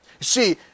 See